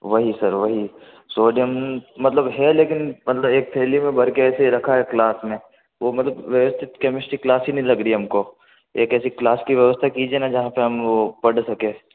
वही सर वही सोडियम मतलब है लेकिन मतलब एक थैली में भर कर ऐसे ही रखा है क्लास में वो मतलब वैसे तो कैमेस्ट्री क्लास ही नहीं लग रही है हमको एक ऐसी क्लास की व्यवस्था कीजिए ना जहाँ पर हम वो पढ़ सके